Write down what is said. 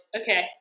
Okay